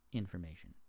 information